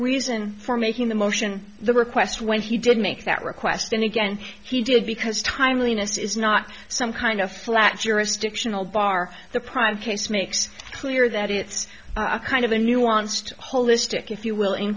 reason for making the motion the request when he did make that request and again he did because timeliness is not some kind of flat jurisdictional bar the prime case makes clear that it's kind of the nuanced wholistic if you will in